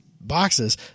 boxes